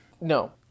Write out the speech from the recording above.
No